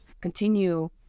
continue